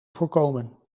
voorkomen